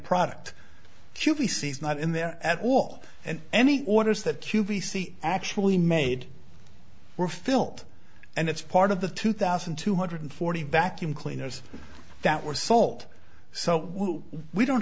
product q p c is not in there at all and any orders that q v c actually made were filled and it's part of the two thousand two hundred forty vacuum cleaners that were sold so we don't